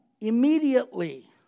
Immediately